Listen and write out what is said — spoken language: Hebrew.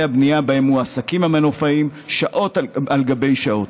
הבנייה שבהם מועסקים המנופאים שעות על גבי שעות.